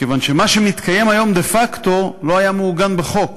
מכיוון שמה שמתקיים היום דה-פקטו לא היה מעוגן בחוק,